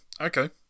okay